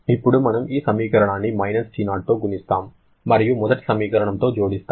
ఇప్పుడు మనము ఈ సమీకరణాన్ని -T0 తో గుణిస్తాము మరియు మొదటి సమీకరణంతో జోడిస్తాము